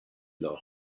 law